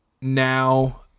now